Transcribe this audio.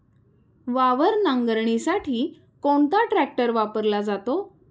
वावर नांगरणीसाठी कोणता ट्रॅक्टर वापरला जातो?